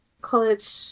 college